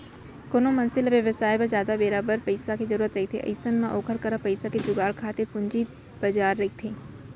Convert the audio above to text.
कोनो मनसे ल बेवसाय बर जादा बेरा बर पइसा के जरुरत रहिथे अइसन म ओखर करा पइसा के जुगाड़ खातिर पूंजी बजार रहिथे